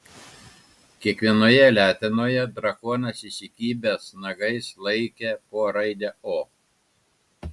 kiekvienoje letenoje drakonas įsikibęs nagais laikė po raidę o